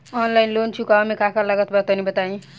Online loan चुकावे म का का लागत बा तनि बताई?